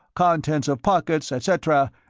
contents of pockets, etc,